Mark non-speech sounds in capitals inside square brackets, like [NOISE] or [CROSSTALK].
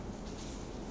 [BREATH]